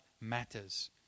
matters